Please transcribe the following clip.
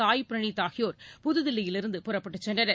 சாய் ப்ரனீத் ஆகியோர் புதுதில்லியிலிருந்து புறப்பட்டுச் சென்றனர்